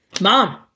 mom